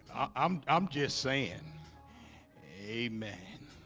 um i'm just saying amen